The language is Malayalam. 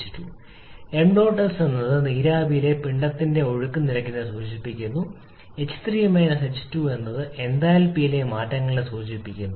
ṁs എന്നത് നീരാവിയിലെ പിണ്ഡത്തിന്റെ ഒഴുക്ക് നിരക്കിനെ സൂചിപ്പിക്കുന്നു h3 h2 എന്നത് എന്തൽപിയിലെ മാറ്റങ്ങളെ സൂചിപ്പിക്കുന്നു